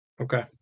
okay